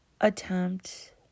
attempt